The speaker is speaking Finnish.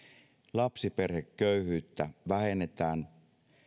lapsiperheköyhyyttä vähennetään